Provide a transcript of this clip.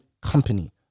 company